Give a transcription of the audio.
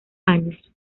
años